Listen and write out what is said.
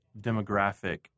demographic